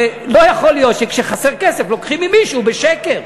זה לא יכול להיות שכשחסר כסף לוקחים ממישהו בשקר,